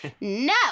No